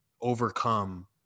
overcome